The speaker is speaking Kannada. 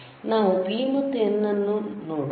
ನಾವು P ಮತ್ತು N ಅನ್ನು ನೋಡೋಣ